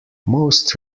most